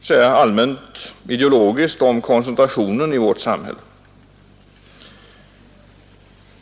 Jag vill först ta upp koncentrationen i vårt samhälle ur allmän synpunkt.